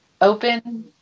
open